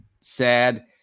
sad